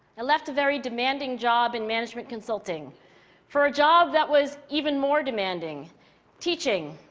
i left a very demanding job in management consulting for a job that was even more demanding teaching.